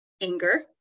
anger